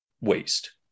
waste